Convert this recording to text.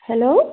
hello